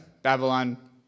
Babylon